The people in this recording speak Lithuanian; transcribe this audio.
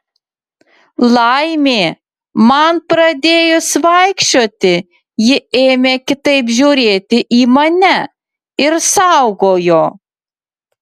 laimė man pradėjus vaikščioti ji ėmė kitaip žiūrėti į mane ir saugojo